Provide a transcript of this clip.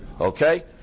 Okay